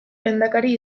lehendakari